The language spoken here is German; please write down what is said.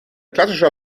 klassischer